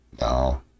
No